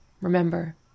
Remember